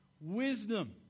wisdom